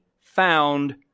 found